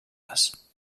les